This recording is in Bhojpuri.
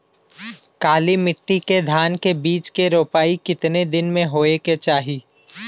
काली मिट्टी के धान के बिज के रूपाई कितना दिन मे होवे के चाही?